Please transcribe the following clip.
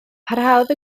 parhaodd